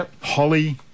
holly